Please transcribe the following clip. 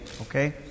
Okay